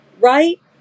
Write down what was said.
right